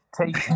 take